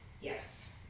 Yes